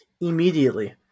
immediately